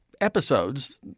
episodes